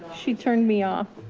she turned me off.